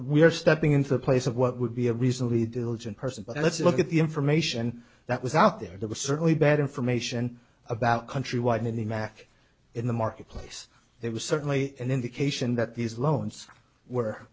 are stepping into the place of what would be a reasonably diligent person but let's look at the information that was out there there was certainly bad information about countrywide in the mac in the marketplace there was certainly an indication that these loans were